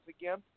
again